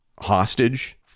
hostage